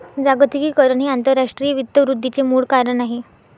जागतिकीकरण हे आंतरराष्ट्रीय वित्त वृद्धीचे मूळ कारण आहे